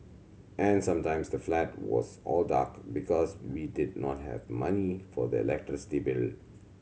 and sometimes the flat was all dark because we did not have money for the electricity bill